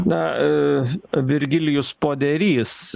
na virgilijus poderys